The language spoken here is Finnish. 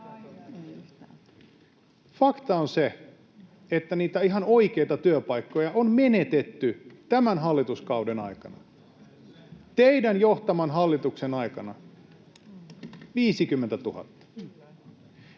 Fakta on se, että niitä ihan oikeita työpaikkoja on menetetty tämän hallituskauden aikana, teidän johtamanne hallituksen aikana, 50 000.